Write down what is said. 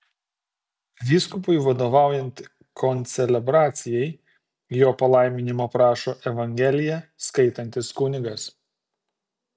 vyskupui vadovaujant koncelebracijai jo palaiminimo prašo evangeliją skaitantis kunigas